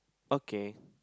okay